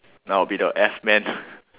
now I'll be the F men